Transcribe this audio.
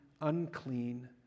unclean